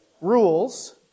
rules